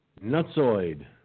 nutsoid